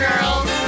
Girls